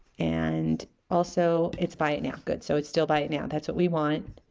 and also it's buy it now good so it's still buy it now that's what we want